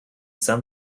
some